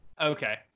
Okay